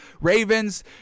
Ravens